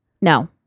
No